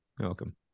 welcome